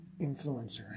influencer